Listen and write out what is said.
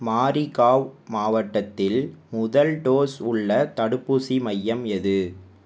மாரிகாவ் மாவட்டத்தில் முதல் டோஸ் உள்ள தடுப்பூசி மையம் எது